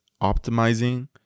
optimizing